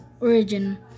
origin